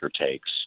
takes